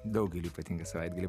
daugeliui patinka savaitgaliai